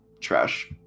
trash